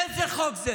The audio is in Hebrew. איזה חוק זה?